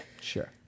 Sure